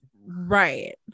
Right